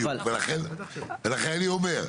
ולכן, אני אומר.